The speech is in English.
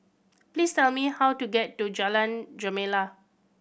please tell me how to get to Jalan Gemala